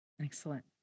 Excellent